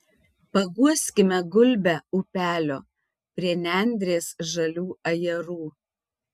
paguoskime gulbę upelio prie nendrės žalių ajerų